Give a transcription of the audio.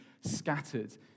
scattered